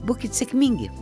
būkit sėkmingi